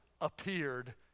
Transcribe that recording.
appeared